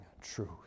truth